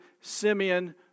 Simeon